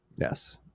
Yes